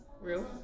Real